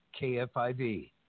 KFIV